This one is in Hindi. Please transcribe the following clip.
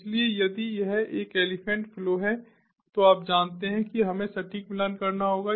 इसलिए यदि यह एक एलीफैंट फ्लो है तो आप जानते हैं कि हमें सटीक मिलान करना होगा